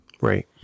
Right